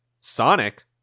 Sonic